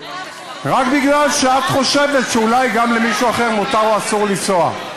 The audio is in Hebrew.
רק מפני שאת חושבת שאולי גם למישהו אחר מותר או אסור לנסוע?